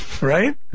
right